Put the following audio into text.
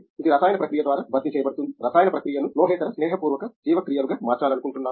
ఇది రసాయన ప్రక్రియ ద్వారా భర్తీ చేయబడుతుంది రసాయన ప్రక్రియను లోహేతర స్నేహపూర్వక జీవక్రియలుగా మార్చాలనుకుంటున్నాము